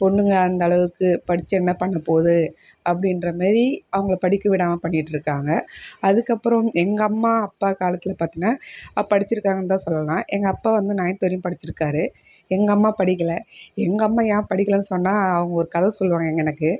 பொண்ணுங்க அந்தளவுக்கு படித்து என்ன பண்ண போகுது அப்படின்ற மாரி அவங்களை படிக்க விடாமல் பண்ணிட்டு இருக்காங்க அதுக்கு அப்புறம் எங்கள் அம்மா அப்பா காலத்தில் பார்த்தின்னா படிச்சிருக்காங்கனுதான் சொல்லலாம் எங்கள் அப்பா வந்து நைன்த் வரையும் படித்திருக்காரு எங்கள் அம்மா படிக்கலை எங்கள் அம்மா ஏன் படிக்கலைன்னு சொன்னால் அவங்க ஒரு கதை சொல்லுவாங்க எனக்கு